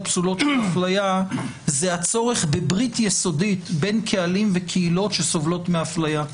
פסולות של אפליה זה הצורך בברית יסודית בין קהלים וקהילות שסובלות מאפליה.